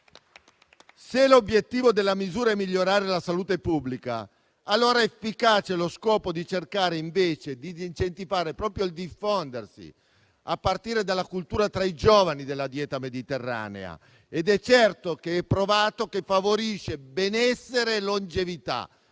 Se l'obiettivo della misura è migliorare la salute pubblica, allora lo scopo da ricercare è quello di incentivare il diffondersi, a partire dalla cultura tra i giovani, della dieta mediterranea, che è provato che favorisce benessere fisico e longevità.